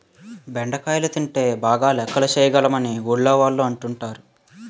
బెండకాయలు తింటే బాగా లెక్కలు చేయగలం అని ఊర్లోవాళ్ళు అంటుంటారు